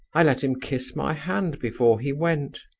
i let him kiss my hand before he went.